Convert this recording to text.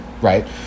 right